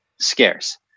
scarce